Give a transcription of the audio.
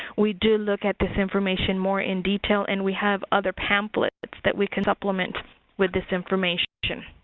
we do look at this information more in detail and we have other pamphlets that we can supplement with this information.